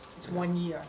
it's one year.